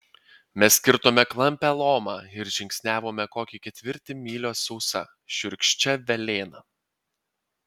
mes kirtome klampią lomą ir žingsniavome kokį ketvirtį mylios sausa šiurkščia velėna